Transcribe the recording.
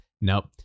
Nope